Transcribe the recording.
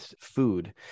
food